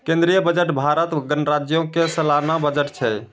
केंद्रीय बजट भारत गणराज्यो के सलाना बजट छै